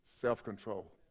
self-control